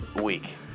week